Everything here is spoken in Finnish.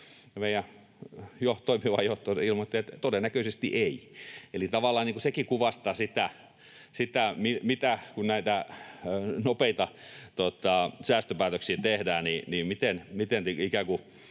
ja meidän toimiva johto ilmoitti, että todennäköisesti ei. Tavallaan sekin kuvastaa sitä, että kun näitä nopeita säästöpäätöksiä tehdään, niin miten ikään kuin